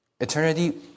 Eternity